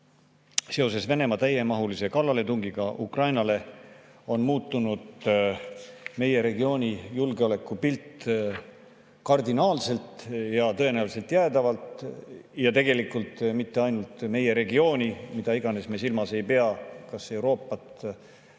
Seoses Venemaa täiemahulise kallaletungiga Ukrainale on muutunud meie regiooni julgeolekupilt kardinaalselt ja tõenäoliselt jäädavalt. Ja tegelikult mitte ainult meie regiooni, mida iganes me silmas ei pea, kas Euroopat